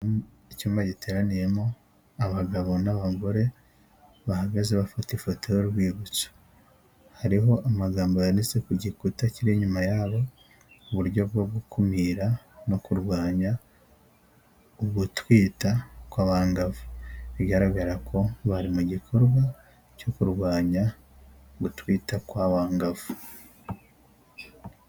Icyumba giteraniyemo abagabo n'abagore bahagaze bafata ifoto y'urwibutso, hariho amagambo yanditse ku gikuta kiri inyuma yabo uburyo bwo gukumira no kurwanya ugutwita kw'abangavu. Bigaragara ko bari mu gikorwa cyo kurwanya gutwita kw'abangavu.